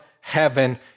heaven